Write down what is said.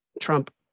trump